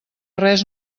res